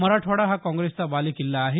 मराठवाडा हा काँग्रेसचा बालेकिछा आहे